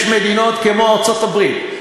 יש מדינות כמו ארצות-הברית,